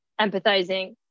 empathizing